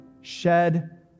shed